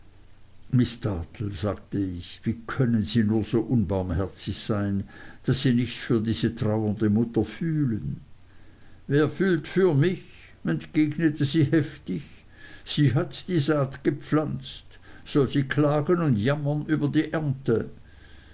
miß dartle sagte ich wie können sie nur so unbarmherzig sein daß sie nicht für diese trauernde mutter fühlen wer fühlt für mich entgegnete sie heftig sie hat die saat gepflanzt soll sie klagen und jammern über die ernte